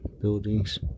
buildings